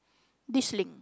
this link